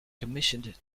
commissioned